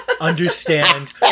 understand